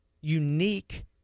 unique